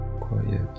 quiet